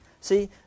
See